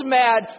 mad